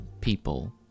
people